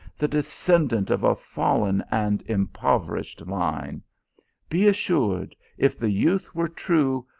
the descend ant of a fallen and impoverished line be assured, if the youth were true,